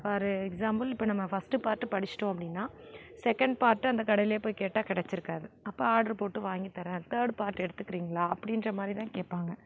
for example இப்போ நம்ம first part படிச்சிட்டோம் அப்படின்னா செகண்ட் பார்ட்டு அந்தக் கடையில் போய் கேட்டால் கிடச்சிருக்காது அப்போ ஆர்ட்ரு போட்டு வாங்கித் தரேன் தேர்டு பார்ட்டு எடுத்துக்கிறீங்களா அப்டின்றமாரி தான் கேட்பாங்க